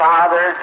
Father